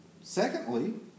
secondly